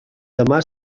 demà